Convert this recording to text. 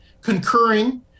concurring